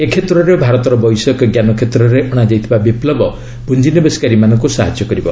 ଏ କ୍ଷେତ୍ରରେ ଭାରତର ବୈଷୟିକଜ୍ଞାନ କ୍ଷେତ୍ରରେ ଅଣାଯାଇଥିବା ବିପ୍ଲବ ପୁଞ୍ଜିନିବେଶକାରୀ ମାନଙ୍କୁ ସାହାଯ୍ୟ କରିବ